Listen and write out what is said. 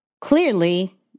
clearly